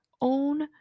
own